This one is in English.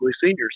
seniors